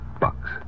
bucks